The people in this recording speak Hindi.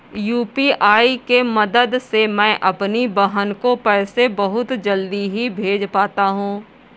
यू.पी.आई के मदद से मैं अपनी बहन को पैसे बहुत जल्दी ही भेज पाता हूं